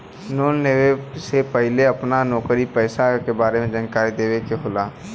Loan लेवे से पहिले अपना नौकरी पेसा के बारे मे जानकारी देवे के होला?